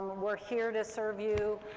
we're here to serve you,